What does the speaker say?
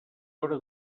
hora